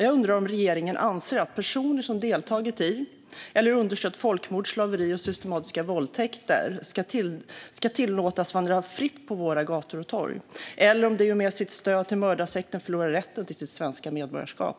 Jag undrar om regeringen anser att personer som deltagit i eller understött folkmord, slaveri och systematiska våldtäkter ska tillåtas vandra fritt på våra gator och torg, eller om de i och med sitt stöd till mördarsekten förlorar rätten till sitt svenska medborgarskap.